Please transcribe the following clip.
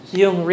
yung